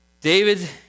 David